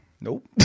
nope